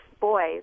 boys